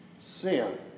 sin